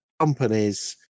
companies